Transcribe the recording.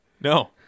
no